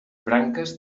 branques